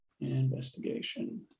investigation